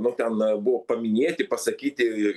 nu ten buvo paminėti pasakyti